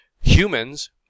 humans